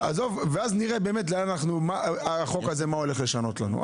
ואז אנחנו נראה מה החוק הזה הולך לשנות לנו.